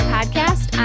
Podcast